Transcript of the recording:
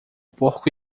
porco